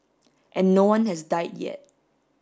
and no one has died yet